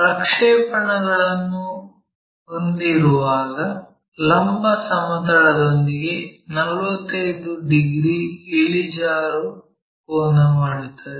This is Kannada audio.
ಪ್ರಕ್ಷೇಪಣಗಳನ್ನು ಹೊಂದಿರುವಾಗ ಲಂಬ ಸಮತಲದೊಂದಿಗೆ 45 ಡಿಗ್ರಿ ಇಳಿಜಾರು ಕೋನ ಮಾಡುತ್ತದೆ